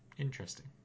Interesting